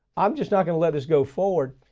i'm just not gonna let this go forward,